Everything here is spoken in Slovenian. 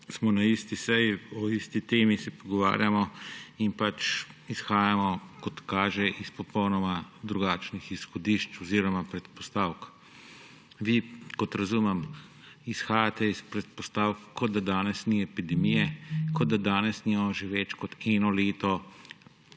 smo na isti seji, o isti temi se pogovarjamo in izhajamo, kot kaže, s popolnoma drugačnih izhodišč oziroma predpostavk. Kot razumem, vi izhajate iz predpostavk, kot da danes ni epidemije, kot da danes nimamo že več kot eno leto